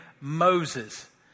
Moses